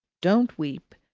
don't weep!